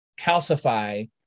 calcify